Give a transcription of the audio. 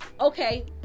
okay